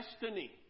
destiny